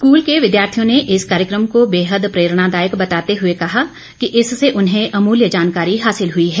school के विद्यार्थियों ने इस कार्यक्रम को बेहद प्रेरणादायक बताते हुए कहा कि इससे उन्हें अमूल्य जानकारी हासिल हुई है